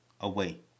away